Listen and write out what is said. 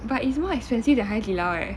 but it's more expensive than hai di lao eh